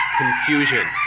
confusion